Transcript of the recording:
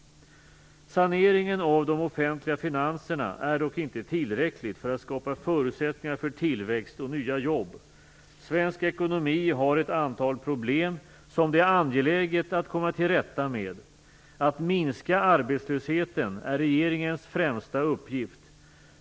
Saneringen av de offentliga finanserna är dock inte tillräckligt för att skapa förutsättningar för tillväxt och nya jobb. Svensk ekonomi har ett antal problem som det är angeläget att komma till rätta med. Att minska arbetslösheten är regeringens främsta uppgift.